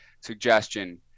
suggestion